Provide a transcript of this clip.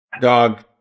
Dog